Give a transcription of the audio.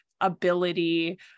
ability